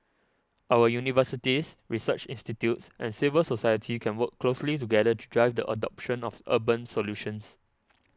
our universities research institutes and civil society can work closely together to drive the adoption of urban solutions